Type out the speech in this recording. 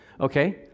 Okay